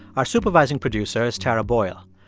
our supervising producer is tara boyle.